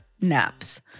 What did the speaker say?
naps